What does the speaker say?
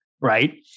right